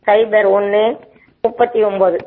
சைபர் ஒன்று முப்பத்து ஒம்பது